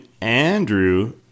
Andrew